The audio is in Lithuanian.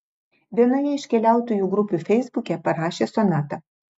vienoje iš keliautojų grupių feisbuke parašė sonata